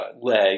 leg